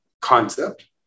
concept